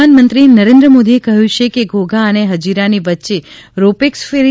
પ્રધાનમંત્રી નરેન્દ્ર મોદીએ કહ્યું કે ઘોઘા અને હજીરાની વચ્ચે રૌ પેક્સ ફેરી